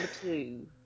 two